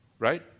right